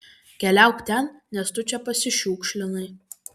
keliauk ten nes tu čia pasišiukšlinai